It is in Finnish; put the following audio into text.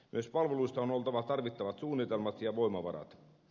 myös palveluihin on oltava tarvittavat suunnitelmat ja voimavarat